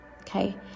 Okay